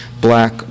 black